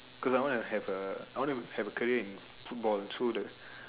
cause I want to have a I want to have a career in football so that